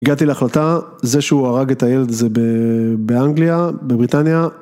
הגעתי להחלטה, זה שהוא הרג את הילד הזה באנגליה, בבריטניה